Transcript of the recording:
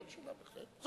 תן תשובה, בהחלט.